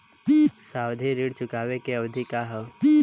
सावधि ऋण चुकावे के अवधि का ह?